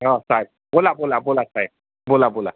हा साहेब बोला बोला बोला साहेब बोला बोला